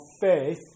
faith